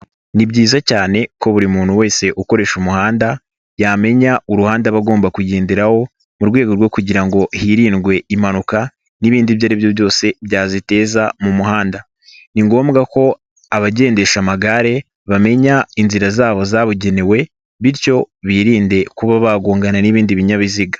Ni byiza cyane ko buri muntu wese ukoresha umuhanda yamenya uruhande aba agomba kugenderaho mu rwego rwo kugira ngo hirindwe impanuka n'ibindi ibyo ari byo byose byaziteza mu muhanda, ni ngombwa ko abagendesha amagare bamenya inzira zabo zabugenewe bityo biririnde kuba bagongana n'ibindi binyabiziga.